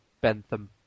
Bentham